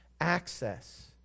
access